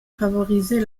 favoriser